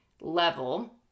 level